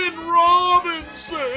Robinson